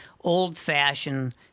old-fashioned